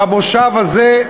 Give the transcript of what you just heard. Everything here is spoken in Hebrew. במושב הזה,